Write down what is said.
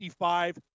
55